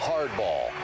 Hardball